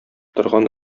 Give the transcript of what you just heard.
торган